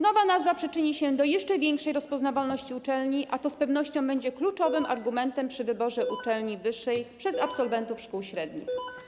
Nowa nazwa przyczyni się do jeszcze większej rozpoznawalności uczelni, a to z pewnością będzie kluczowym argumentem przy wyborze uczelni wyższej przez absolwentów szkół średnich.